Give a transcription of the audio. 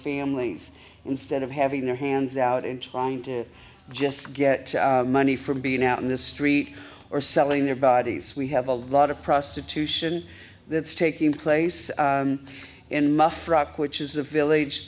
families instead of having their hands out and trying to just get money from being out in the street or selling their bodies we have a lot of prostitution that's taking place in my frock which is a village